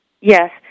Yes